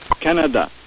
Canada